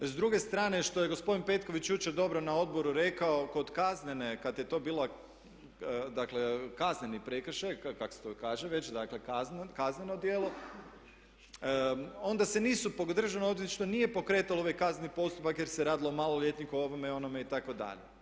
S druge strane što je gospodin Petković jučer dobro na odboru rekao kod kaznene kada je to bilo, dakle kazneni prekršaj, kako se to kaže već, dakle kazneno djelo onda se nisu, državno odvjetništvo nije pokretalo ovaj kazneni postupak jer se radilo o maloljetniku, o ovome, onome itd.